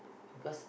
because